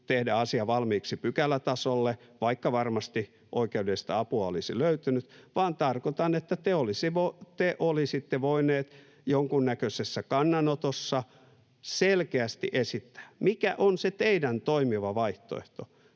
tehdä asia valmiiksi pykälätasolle, vaikka varmasti oikeudellista apua olisi löytynyt, vaan tarkoitan, että te olisitte voineet jonkunnäköisessä kannanotossa selkeästi esittää, mikä on se teidän toimiva vaihtoehtonne